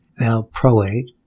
valproate